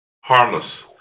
Harmless